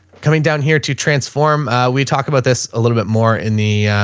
coming down here to transform. ah, we talk about this a little bit more in the, ah,